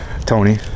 tony